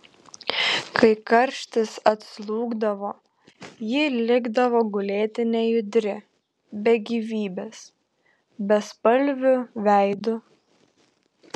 kai karštis atslūgdavo ji likdavo gulėti nejudri be gyvybės bespalviu veidu